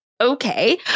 okay